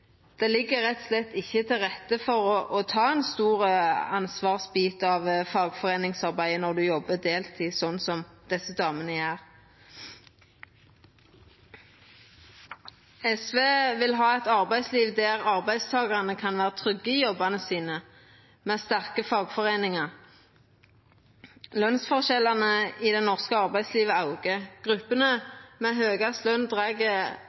Det ligg rett og slett ikkje til rette for å ta ein stor ansvarsbit av fagforeiningsarbeidet når ein jobbar deltid, slik som desse damene gjer. SV vil ha eit arbeidsliv der arbeidstakarane kan vera trygge i jobbane sine, med sterke fagforeiningar. Lønsforskjellane i det norske arbeidslivet aukar.